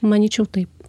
manyčiau taip